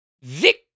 Vic